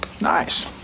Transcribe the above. Nice